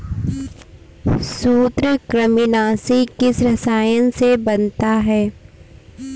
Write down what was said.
सूत्रकृमिनाशी किस रसायन से बनता है?